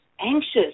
anxious